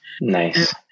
Nice